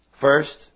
First